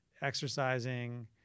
exercising